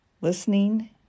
listening